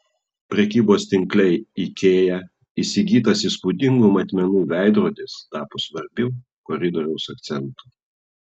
prekybos tinkle ikea įsigytas įspūdingų matmenų veidrodis tapo svarbiu koridoriaus akcentu